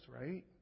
right